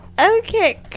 Okay